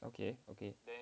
okay okay